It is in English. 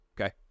okay